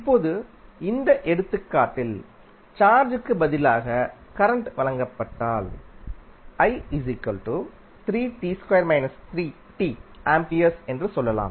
இப்போது இந்த எடுத்துக்காட்டில் சார்ஜிற்குப் பதிலாக கரண்ட் வழங்கப்பட்டால் என்று சொல்லலாம்